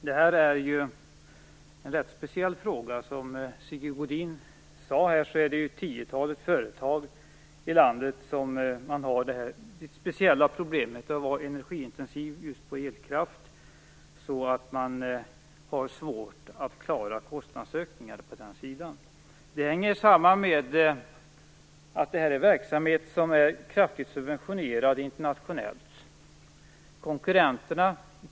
Herr talman! Det här är en rätt speciell fråga. Som Sigge Godin sade är det ett tiotal företag i landet som har det här litet speciella problemet. Det är företag som är energiintensiva just i fråga om elkraft och därför har svårt att klara kostnadsökningar på det området. Det hänger samman med att detta är verksamheter som internationellt är kraftigt subventionerade.